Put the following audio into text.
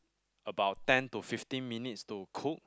about ten to fifteen minutes to cook